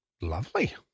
Lovely